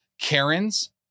Karens